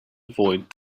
avoid